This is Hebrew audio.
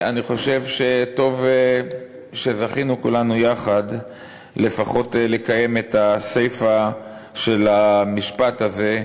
אני חושב שטוב שזכינו כולנו יחד לפחות לקיים את הסיפה של המשפט הזה,